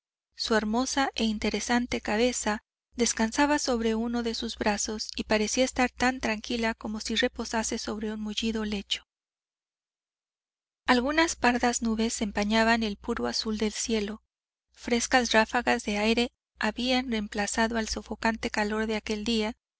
su hermosa e interesante cabeza descansaba sobre uno de sus brazos y parecía estar tan tranquila como si reposase sobre un mullido lecho algunas pardas nubes empañaban el puro azul del cielo frescas ráfagas de aire habían reemplazado al sofocante calor de aquel día